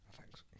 thanks